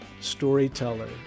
storyteller